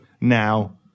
Now